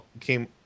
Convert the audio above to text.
came